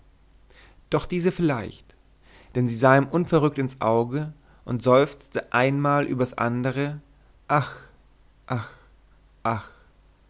doch diese vielleicht denn sie sah ihm unverrückt ins auge und seufzte einmal übers andere ach ach ach